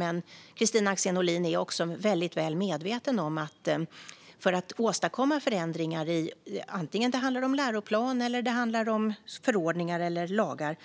Men Kristina Axén Olin är väl medveten om att det krävs ett beredningsunderlag för att åstadkomma förändringar i antingen läroplaner, förordningar eller lagar.